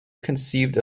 conceived